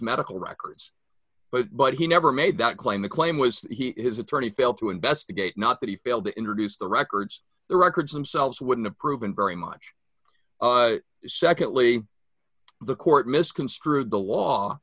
medical records but but he never made that claim the claim was that he his attorney failed to investigate not that he failed to introduce the records the records themselves wouldn't approve and very much secondly the court misconstrued the law